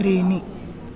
त्रीणि